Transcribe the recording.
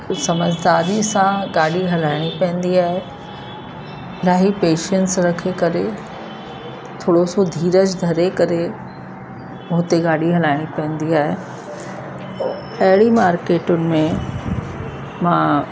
समझदारी सां गाॾी हलाइणी पवंदी आहे इलाही पेशंस रखी करे थोरो सो धीरज धरे करे हुते गाॾी हलाइणी पवंदी आहे अहिड़ी मार्केटूं में मां